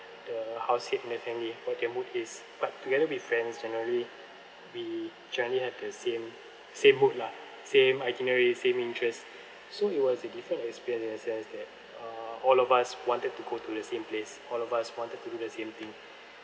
the house head in the family what their mood is but together with friends generally we generally have the same same mood lah same itinerary same interest so it was a different experience in the sense that uh all of us wanted to go to the same place all of us wanted to do the same thing